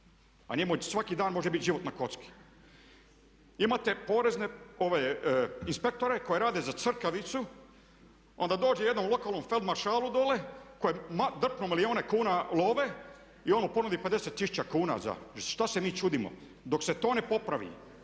a njemu svaki dan može biti život na kocki. Imate porezne inspektore koji rade za crkavicu onda dođe jednom lokalnom sad maršalu koji je drpio milijune kuna love i on mu ponudi 50 tisuća kuna za, šta se mi čudimo? Dok se to ne popravi,